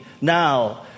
now